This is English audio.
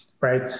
right